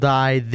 die